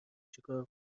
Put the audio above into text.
چیکار